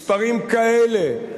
מספרים כאלה,